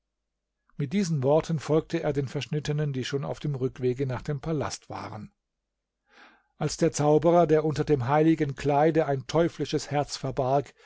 mit diesen worten folgte er den verschnittenen die schon auf dem rückwege nach dem palast waren als der zauberer der unter dem heiligen kleide ein teuflisches herz verbarg